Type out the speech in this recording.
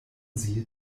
sie